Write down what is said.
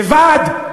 לבד.